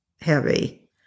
heavy